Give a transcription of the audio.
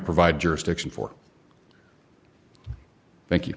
provide jurisdiction for thank you